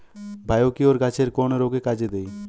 Biocure গাছের কোন রোগে কাজেদেয়?